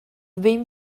behin